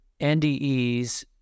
NDEs